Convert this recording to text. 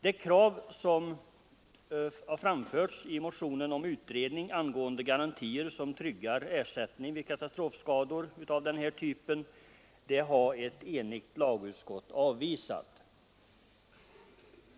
Det i motionen framställda kravet på utredning angående garantier som tryggar ersättning vid katastrofskador av den här typen har ett enigt lagutskott avvisat.